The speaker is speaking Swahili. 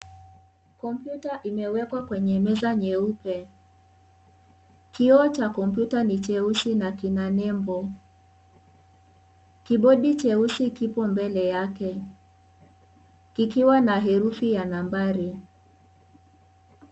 Kompyuta imewekwa kwenye meza nyeupe, kiwa cha kompyuta ni jeusi na nembo, kibodi jeusi kipo mbele yake kikiwa na herufi ya nambari.